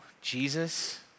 Jesus